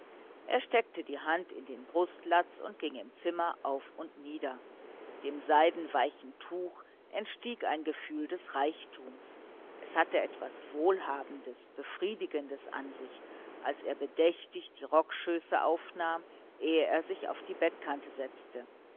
er steckte die hand in den brustlatz und ging im zimmer auf und nieder dem seidenweichen tuch entstieg ein gefühl des reichtums es hatte etwas wohlhabendes befriedigendes an sich als er bedächtig die rockschöße aufnahm ehe er sich auf die bettkante setzte